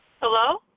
Hello